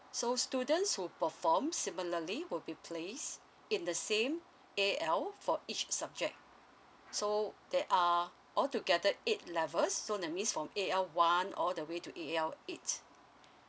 so students who perform similarly will be placed in the same A_L for each subject so there are altogether eight levels so that means from A_L one all the way to A_L eight